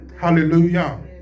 hallelujah